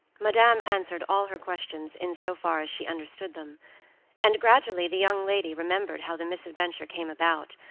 madame answered all her questions in so far as she understood them and gradually the young lady remembered how the misadventure came about,